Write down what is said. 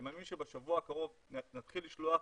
אני מאמין שבשבוע הקרוב נתחיל לשלוח